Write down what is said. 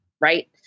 right